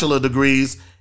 degrees